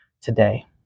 today